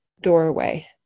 doorway